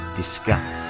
discuss